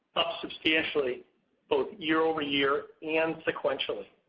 up substantially both year-over-year and sequentially.